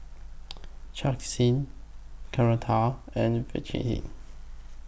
Sachin Koratala and Verghese